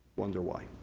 wonder why.